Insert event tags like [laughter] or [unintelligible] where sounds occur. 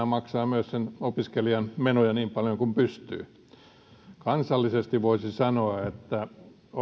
[unintelligible] maksaa myös sen opiskelijan menoja niin paljon kuin pystyy kansallisesti voisi sanoa että